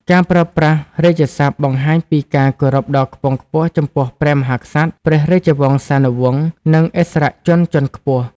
ការប្រើប្រាស់រាជសព្ទបង្ហាញពីការគោរពដ៏ខ្ពង់ខ្ពស់ចំពោះព្រះមហាក្សត្រ ព្រះរាជវង្សានុវង្ស និងឥស្សរជនជាន់ខ្ពស់។